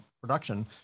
production